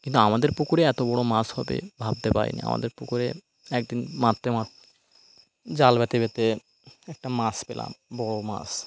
কিন্তু আমাদের পুকুরে এত বড় মাছ হবে ভাবতে পারিনি আমাদের পুকুরে একদিন মারতে জাল পেতে পেতে একটা মাছ পেলাম বড় মাছ